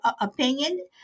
opinion